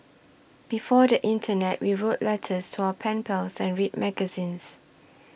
before the internet we wrote letters to our pen pals and read magazines